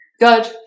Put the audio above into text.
good